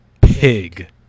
Pig